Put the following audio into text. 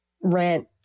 rent